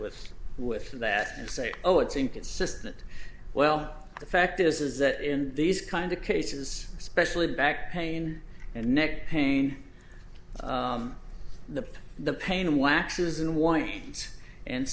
with with that and say oh it's inconsistent well the fact is that in these kind of cases especially back pain and neck pain the the pain waxes and